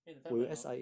因为 that time when I